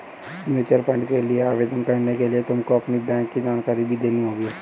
mutual fund के लिए आवेदन करने के लिए तुमको अपनी बैंक की जानकारी भी देनी होगी